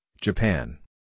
Japan